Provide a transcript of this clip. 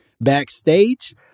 backstage